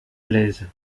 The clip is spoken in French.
blaise